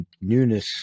newness